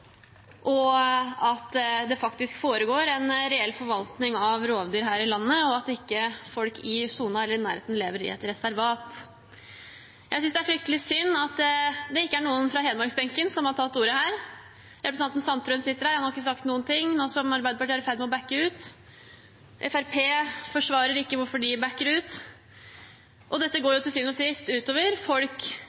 og at det faktisk foregår en reell forvaltning av rovdyr her i landet, og at ikke folk i sonen eller i nærheten, lever i et reservat. Jeg synes det er fryktelig synd at det ikke er noen fra Hedmarksbenken som har tatt ordet. Representanten Sandtrøen sitter her, han har ikke sagt noen ting nå som Arbeiderpartiet er i ferd med bakke ut. Fremskrittspartiet forsvarer ikke hvorfor de bakker ut. Dette går til syvende og sist utover folk